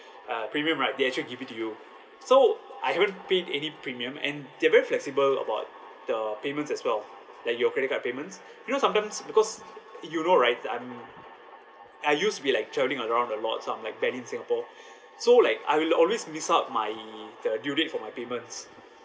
uh premium right they actually give it to you so I haven't paid any premium and they're very flexible about the payments as well like your credit card payments you know sometimes because you know right I'm I used to be like travelling around a lot so I'm like barely in singapore so like I will always miss out my the due date for my payments